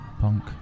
Punk